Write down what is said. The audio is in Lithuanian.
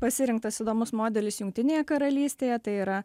pasirinktas įdomus modelis jungtinėje karalystėje tai yra